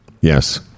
Yes